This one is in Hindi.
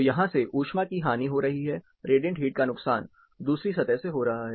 तो यहां से ऊष्मा की हानि हो रही हैं रेडिएंट हीट का नुकसान दूसरी सतह से हो रहा हैं